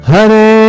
Hare